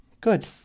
Good